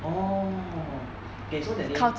orh eh so that day